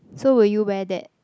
so will you wear that